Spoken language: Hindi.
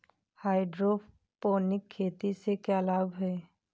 हाइड्रोपोनिक खेती से क्या लाभ हैं?